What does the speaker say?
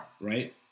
right